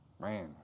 Man